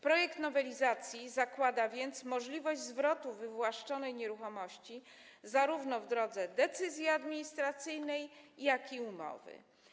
Projekt nowelizacji zakłada więc możliwość zwrotu wywłaszczonej nieruchomości w drodze zarówno decyzji administracyjnej, jak i umowy.